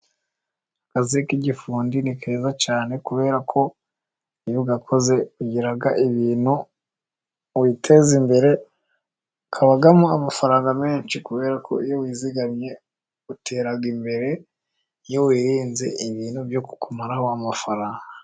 Akazi k'igifundi ni keza cyane, kubera ko iyo ugakoze ugira ibintu, witeza imbere, kabamo amafaranga menshi kubera ko iyo wizigamye utera imbere, iyo wirinze ibintu byo kukumaraho amafaranga.